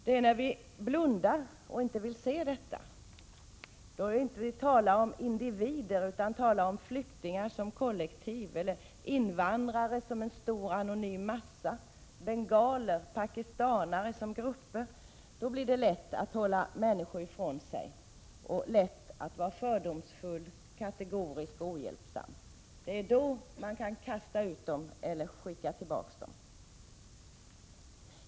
Det är när vi blundar och inte vill se detta, då vi inte vill tala om individer utan om flyktingar som kollektiv eller om invandrare som en stor, anonym massa, om bengaler och pakistanare som grupper, som det blir lätt att hålla människor ifrån sig och vara fördomsfull, kategorisk och ohjälpsam. Det är då man kan ”kasta ut dem” eller ”skicka tillbaks dem”.